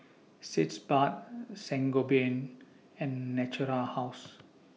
Sitz Bath Sangobion and Natura House